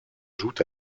jouent